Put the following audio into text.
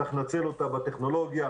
צריך לנצל אותה בטכנולוגיה,